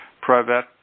private